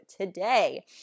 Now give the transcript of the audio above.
today